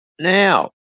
Now